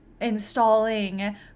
installing